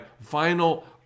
final